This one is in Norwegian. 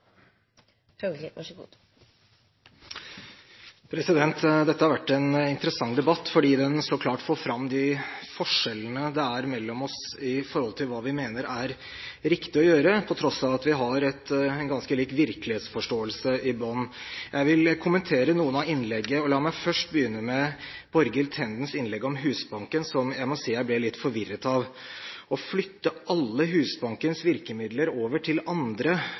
mellom oss når det gjelder hva vi mener er riktig å gjøre, på tross av at vi har en ganske lik virkelighetsforståelse i bunnen. Jeg vil kommentere noen av innleggene, og la meg først begynne med Borghild Tendens innlegg om Husbanken, som jeg må si jeg ble litt forvirret av. Å flytte alle Husbankens virkemidler over til andre